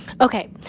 Okay